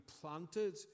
planted